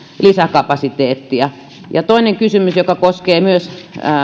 lisäkapasiteettia toinen kysymys joka koskee myös